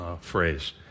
phrase